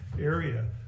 area